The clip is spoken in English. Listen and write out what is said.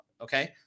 okay